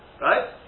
right